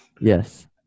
Yes